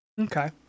okay